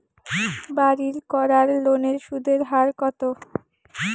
বাড়ির করার লোনের সুদের হার কত?